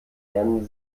lernen